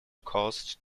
coast